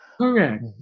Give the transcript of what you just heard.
Correct